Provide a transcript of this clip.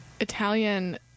Italian